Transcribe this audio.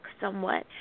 somewhat